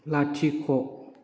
लाथिख'